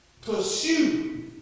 Pursue